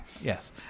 Yes